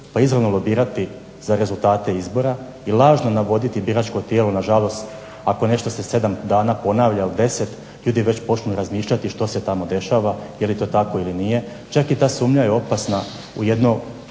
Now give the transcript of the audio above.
pa izravno lobirati za rezultate izbora i lažno navoditi biračko tijelo. Nažalost, ako nešto se sedam dana ponavlja ili deset ljudi već počnu razmišljati što se tamo dešava, je li to tako ili nije, čak i ta sumnja je opasna u jedno